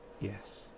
yes